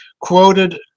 quoted